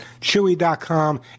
Chewy.com